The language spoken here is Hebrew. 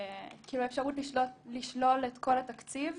האפשרות לשלול את כל התקציב